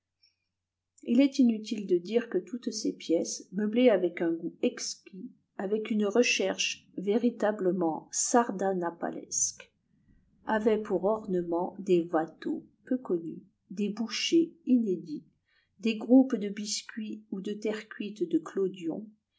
il est inutile de dire que toutes ces pièces meublées avec un goût exquis avec une recherche véritablement sardanapalesque avaient pour ornement des watteau peu connus des boucher inédits des groupes de biscuit ou de terre cuite de clodion